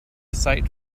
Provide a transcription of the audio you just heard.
sight